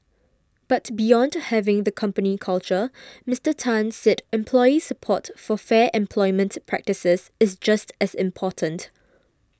but beyond having the company culture Mister Tan said employee support for fair employment practices is just as important